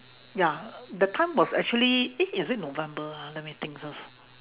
ya that time was actually eh is it november ha let me think first